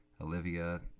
Olivia